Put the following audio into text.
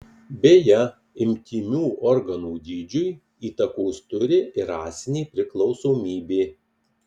beje intymių organų dydžiui įtakos turi ir rasinė priklausomybė